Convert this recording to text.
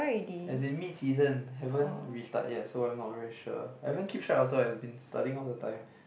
as in mid season haven't restart yet so I'm not very sure I haven't keep track also I've been studying all the time